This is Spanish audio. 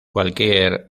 cualquier